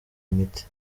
imiti